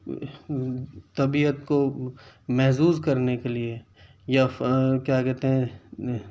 طبیعت کو محذوذ کرنے کے لیے یا کیا کہتے ہیں